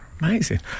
Amazing